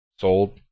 sold